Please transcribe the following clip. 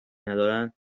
ندارند